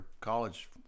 college